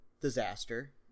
disaster